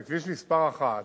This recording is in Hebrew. זה כביש מס' 1,